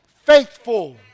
faithful